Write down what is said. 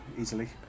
easily